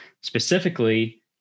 specifically